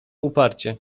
uparcie